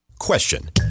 Question